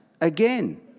again